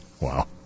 Wow